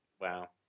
Wow